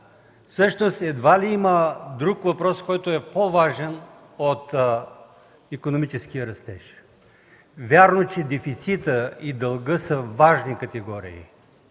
растеж. Едва ли има друг въпрос, който е по-важен от икономическия растеж. Вярно е, че дефицитът и дългът са важни категории,